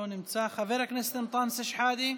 לא נמצא, חבר הכנסת אנטאנס שחאדה,